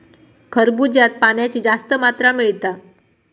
खरबूज्यात पाण्याची जास्त मात्रा मिळता